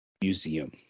museum